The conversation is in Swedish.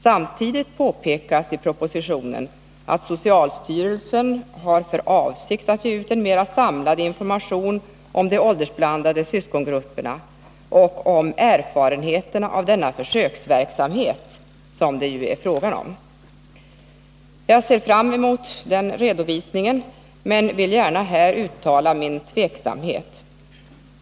Samtidigt påpekas i propositionen att socialstyrelsen har för avsikt att ge ut en mera samlad information om de åldersblandade syskongrupperna och om erfarenheterna av denna försöksverksamhet, som det ju är fråga om. Jag ser fram emot den redovisningen, men vill gärna här uttala min tveksamhet.